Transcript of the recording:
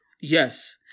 Yes